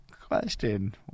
question